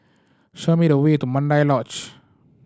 show me the way to Mandai Lodge